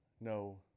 no